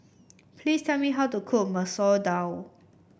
please tell me how to cook Masoor Dal